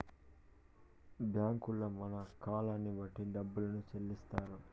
బ్యాంకుల్లో మన కాలాన్ని బట్టి డబ్బును చెల్లిత్తారు